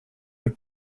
have